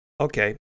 okay